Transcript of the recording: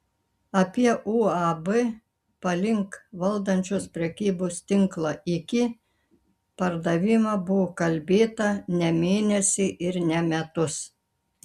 apie uab palink valdančios prekybos tinklą iki pardavimą buvo kalbėta ne mėnesį ir ne metus